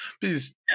please